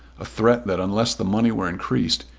a threat that unless the money were increased,